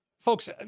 folks